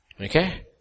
Okay